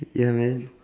ya man